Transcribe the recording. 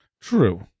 True